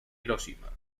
hiroshima